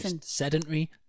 Sedentary